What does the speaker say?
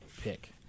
pick